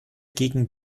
gegen